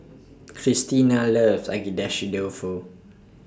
Christina loves Agedashi Dofu